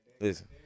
Listen